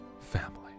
family